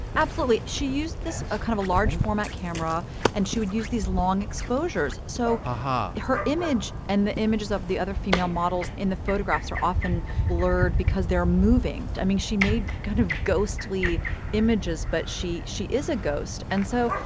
absolutely. she used this ah kind of a large format camera and she would use these long exposures. so haha, her image and the images of the other female models in the photographs are often blurred because they're moving i mean, she made kind of ghostly images, but she she is a ghost and so,